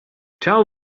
tell